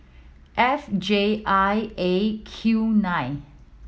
F J I A Q nine